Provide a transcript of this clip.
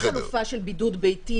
אין חלופה של בידוד ביתי,